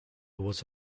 was